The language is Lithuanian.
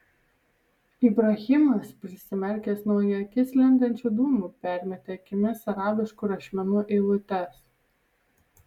ibrahimas prisimerkęs nuo į akis lendančių dūmų permetė akimis arabiškų rašmenų eilutes